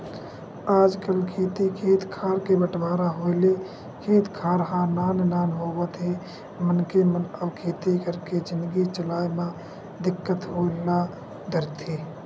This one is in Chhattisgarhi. आजकल खेती खेत खार के बंटवारा होय ले खेत खार ह नान नान होवत हे मनखे मन अब खेती करके जिनगी चलाय म दिक्कत होय ल धरथे